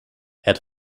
het